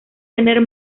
tener